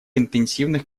интенсивных